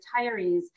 retirees